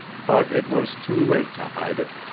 but it was too late to hide it,